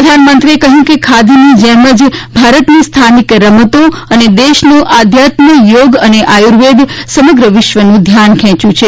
પ્રધાનમંત્રીએ કહ્યું કે ખાદીની જેમ જ ભારતની સ્થાનીક રમતો અને દેશનું આધ્યાત્મ યોગ અને આયુર્વેદે સમગ્ર વિશ્વનું ધ્યાન ખેંચ્યું છે